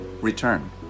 return